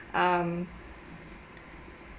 um